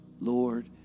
Lord